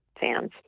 fans